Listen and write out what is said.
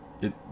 It